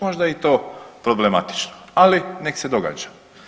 Možda je i to problematično, ali nek' se događa.